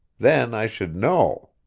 then i should know.